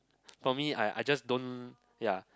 for me I I just don't ya